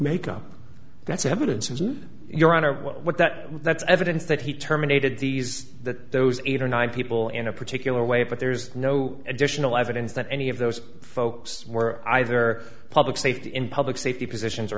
makeup that's evidence and your honor what that that's evidence that he terminated these that those eight or nine people in a particular way but there's no additional evidence that any of those folks were either public safety in public safety positions or